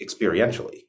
experientially